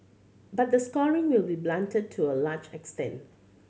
but the scoring will be blunted to a large extent